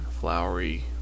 flowery